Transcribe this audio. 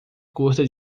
curta